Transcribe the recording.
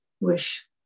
wish